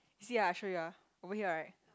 you see ah I show you ah over here right